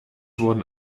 wurden